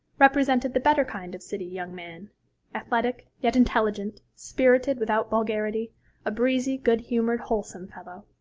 represented the better kind of city young man athletic, yet intelligent, spirited without vulgarity a breezy, good-humoured, wholesome fellow.